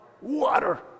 Water